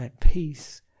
peace